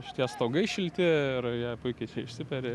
šitie stogai šilti ir jie puikiai čia išsiperi